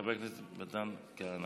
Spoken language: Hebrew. וחבר הכנסת מתן כהנא.